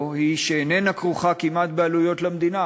הוא שהיא איננה כרוכה כמעט בעלויות למדינה,